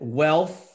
wealth